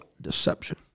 deception